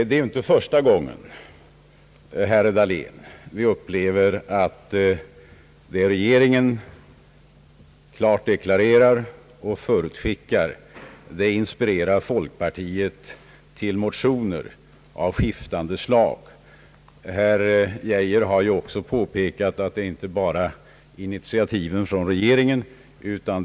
Det är inte första gången, herr Dahlén, som vi upplever att det som regeringen klart deklarerar och förutskickar inspirerar folkpartiet till motioner av skiftande slag. Herr Geijer har också påpekat att det inte bara gäller initiativ från regeringen.